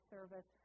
Service